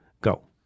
Go